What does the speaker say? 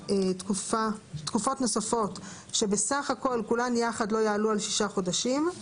בתקופות נוספות שבסך הכול כולן יחד לא יעלו על שישה חודשים.